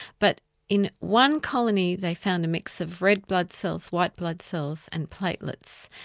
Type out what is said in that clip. but in one colony they found a mix of red blood cells, white blood cells, and platelets.